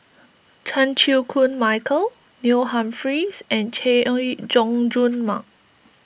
Chan Chew Koon Michael Neil Humphreys and Chay Jung Jun Mark